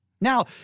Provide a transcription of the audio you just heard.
Now